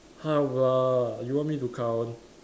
how about you want me to count